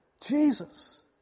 Jesus